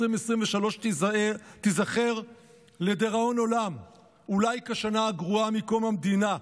2023 תיזכר לדיראון עולם אולי כשנה הגרועה מקום המדינה.